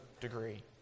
degree